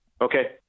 Okay